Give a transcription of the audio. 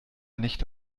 nicht